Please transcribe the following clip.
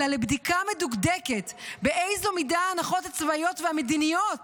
אלא לבדיקה מדוקדקת באיזו מידה ההנחות הצבאיות והמדיניות